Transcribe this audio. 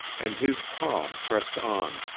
and his palm pressed on,